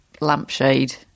lampshade